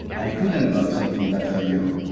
i could invent something bad for you.